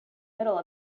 middle